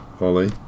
Ollie